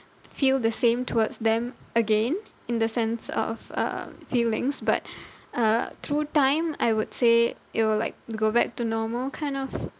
feel the same towards them again in the sense of um feelings but uh through time I would say it will like go back to normal kind of